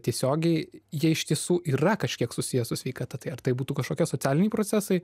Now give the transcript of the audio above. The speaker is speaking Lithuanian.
tiesiogiai jie iš tiesų yra kažkiek susiję su sveikata tai ar tai būtų kažkokie socialiniai procesai